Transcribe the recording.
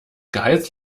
gehalts